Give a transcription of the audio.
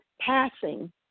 passing